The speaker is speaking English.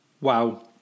wow